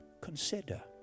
Consider